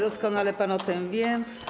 Doskonale pan o tym wie.